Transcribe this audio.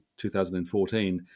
2014